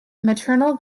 maternal